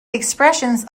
expressions